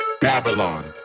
Babylon